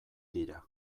dira